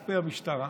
ת"פ המשטרה,